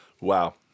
Wow